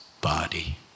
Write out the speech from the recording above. body